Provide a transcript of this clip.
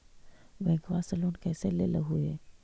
बैंकवा से लेन कैसे लेलहू हे?